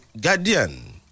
Guardian